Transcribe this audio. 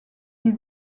des